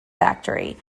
factory